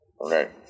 Okay